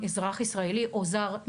אזרח ישראלי או זר,